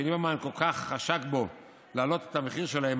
שליברמן כל כך חשק להעלות את המחיר שלהם,